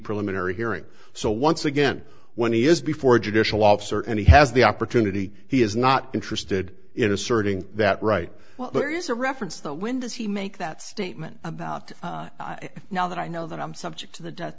preliminary hearing so once again when he is before a judicial officer and he has the opportunity he is not interested in asserting that right well there is a reference though when does he make that statement about now that i know that i'm subject to the death